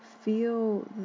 feel